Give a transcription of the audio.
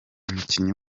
umukinyi